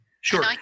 Sure